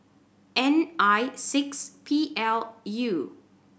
N I six P L U